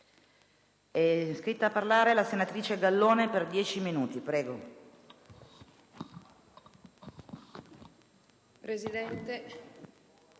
Presidente,